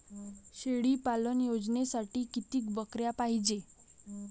शेळी पालन योजनेसाठी किती बकऱ्या पायजे?